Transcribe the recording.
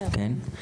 כן?